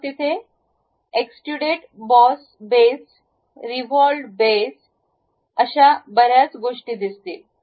मग तिथे extruded boss base revolved base आणि अशा बर्याच गोष्टीं दिसतील